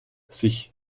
sich